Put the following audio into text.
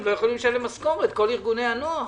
הם לא יכולים לשלם משכורת - כל ארגוני הנוער.